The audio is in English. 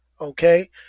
okay